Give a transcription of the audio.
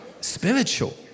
spiritual